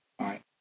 right